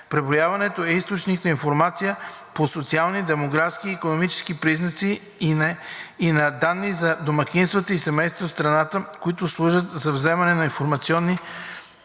Преброяването е източник на информация по социални, демографски и икономически признаци и на данни за домакинствата и семействата в страната, които служат за вземане на информирани